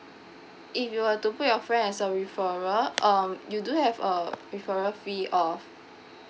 if you were to put your friend as a referrer um you do have a referral fee of